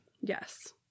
Yes